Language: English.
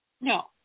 No